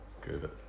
Good